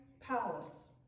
palace